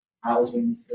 housing